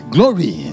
Glory